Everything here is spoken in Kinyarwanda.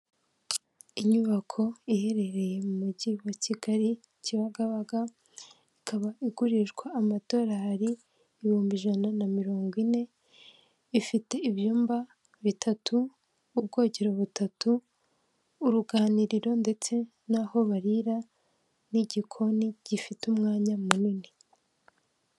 Inyubako iherereye mu mujyi wa Kigali Kibagabaga, ikaba igurishwa amadolari ibihumbi ijana na mirongo ine, ifite ibyumba bitatu, ubwogero butatu, uruganiriro ndetse n'aho barira n'igikoni gifite umwanya munini.